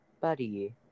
buddy